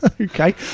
okay